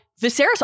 Viserys